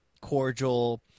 cordial